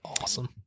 awesome